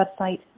website